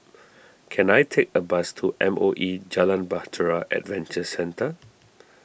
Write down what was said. can I take a bus to M O E Jalan Bahtera Adventure Centre